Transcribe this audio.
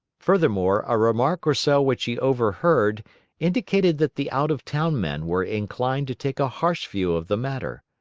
furthermore, a remark or so which he overheard indicated that the out-of-town men were inclined to take a harsh view of the matter.